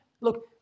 look